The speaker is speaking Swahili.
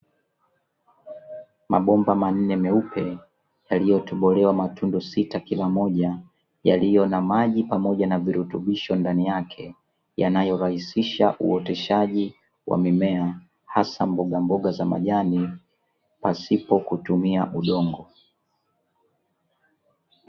Mabomba manne meupe yaliyotobolewa matundu sita kila moja, yaliyo na maji pamoja na virutubisho ndani yake. Yanayorahisisha uoteshaji wa mimea hasa mbogamboga za majani pasipo kutumia udongo.